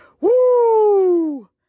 Woo